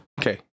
Okay